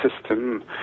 system